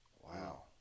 Wow